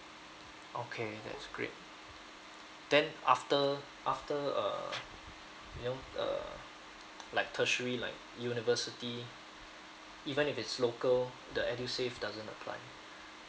okay that's great then after after uh you know uh like tertiary like university even if it's local the edusave doesn't apply